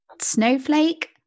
Snowflake